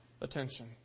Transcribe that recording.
attention